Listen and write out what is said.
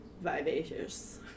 vivacious